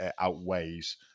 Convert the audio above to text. outweighs